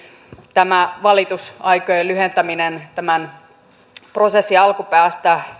tämä valitusaikojen lyhentäminen prosessin alkupäästä